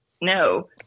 No